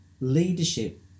leadership